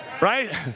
right